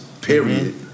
period